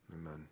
Amen